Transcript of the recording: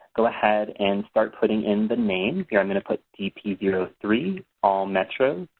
go ahead and start putting in the name. here i'm going to put d p zero three all metro